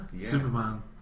Superman